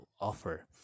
offer